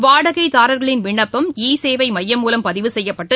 வாடகைதாரர்களின் விண்ணப்பம் இ சேவை மையம் மூவம் பதிவு செய்யப்பட்டு